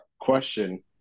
question